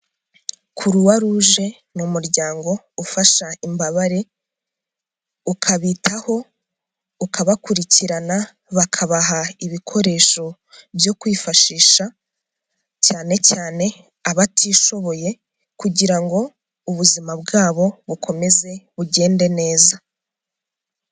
CroixRouge ni umuryango ufasha imbabare ukabitaho ukabakurikirana, bakabaha ibikoresho byo kwifashisha cyane cyane abatishoboye kugira ngo ubuzima bwa bo bukomeze bugende neza.